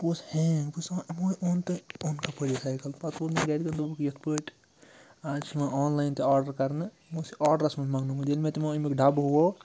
بہٕ اوسُس ہینٛگ بہٕ چھُس ونان یِمووَے اوٚن تہٕ اوٚن کَپٲرۍ یہِ سایکَل پَتہٕ ووٚن مےٚ گِرکیو دوٚپُکھ یِتھ پٲٹھۍ آز چھِ یِوان آن لاین تہِ آرڈَر کَرنہٕ یِمو اوس یہِ آڈرَس منٛز منٛگنومُت ییٚلہِ مےٚ تِمو اَمیُک ڈَبہٕ ہوو